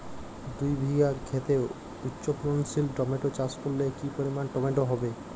দুই বিঘা খেতে উচ্চফলনশীল টমেটো চাষ করলে কি পরিমাণ টমেটো হবে?